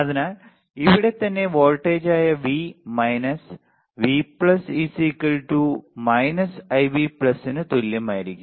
അതിനാൽ ഇവിടെത്തന്നെ വോൾട്ടേജായ V മൈനസ് V Ib ന് തുല്യമായിരിക്കും